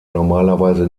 normalerweise